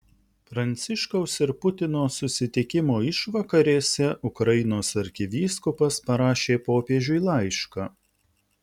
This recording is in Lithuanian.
pranciškaus ir putino susitikimo išvakarėse ukrainos arkivyskupas parašė popiežiui laišką